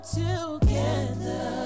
together